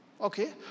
Okay